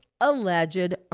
alleged